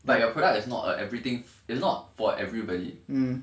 but your product is not a everything is not for everybody